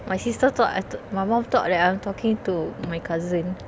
my sister thought I ta~ my mum thought that I'm talking to my cousin